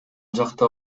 жакта